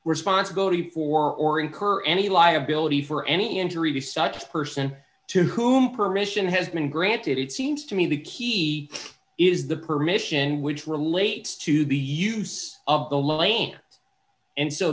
responsibility for or incur any liability for any injury the such person to whom permission has been granted it seems to me the key is the permission which relates to be use of the lan